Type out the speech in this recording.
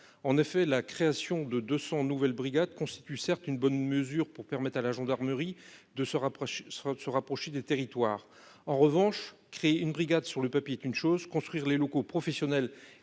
en effet la création de 200 nouvelles brigades constitue certes une bonne mesure pour permettre à la gendarmerie de se rapprocher, de se rapprocher des territoires en revanche créer une brigade sur le papier, une chose construire les locaux professionnels